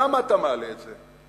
למה אתה מעלה את זה?